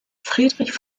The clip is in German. friedrich